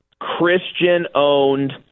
Christian-owned